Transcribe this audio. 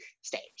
stage